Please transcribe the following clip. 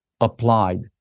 applied